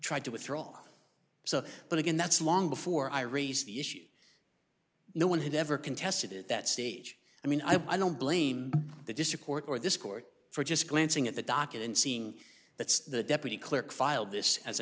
tried to withdraw so but again that's long before i raise the issue no one had ever contested at that stage i mean i don't blame the disappoint or this court for just glancing at the docket and seeing that the deputy clerk filed this as a